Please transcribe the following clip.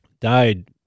died